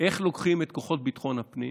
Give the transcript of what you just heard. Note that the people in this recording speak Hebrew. איך לוקחים את כוחות ביטחון הפנים